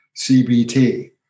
CBT